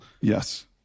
Yes